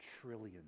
Trillions